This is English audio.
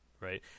right